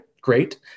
great